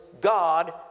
God